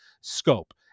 scope